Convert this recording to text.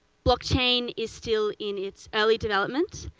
blockchain is still in its early development.